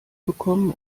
bekommen